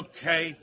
Okay